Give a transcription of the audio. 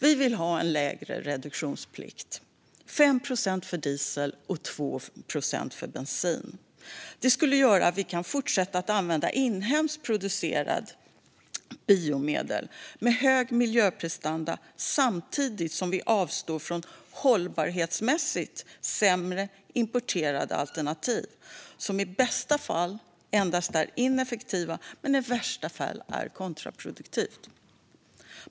Vi vill ha en lägre reduktionsplikt - 5 procent för diesel och 2 procent för bensin. Det skulle göra att vi kan fortsätta att använda inhemskt producerade biodrivmedel med hög miljöprestanda samtidigt som vi avstår från hållbarhetsmässigt sämre importerade alternativ som i bästa fall endast är ineffektiva men i värsta fall är kontraproduktiva.